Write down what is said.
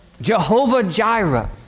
Jehovah-Jireh